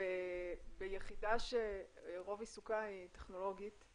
וביחידה שרוב עיסוקה היא טכנולוגית,